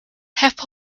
have